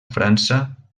frança